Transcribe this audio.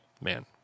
man